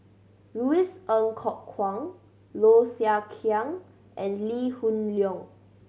Louis Ng Kok Kwang Low Thia Khiang and Lee Hoon Leong